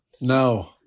No